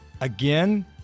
Again